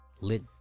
lit